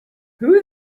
who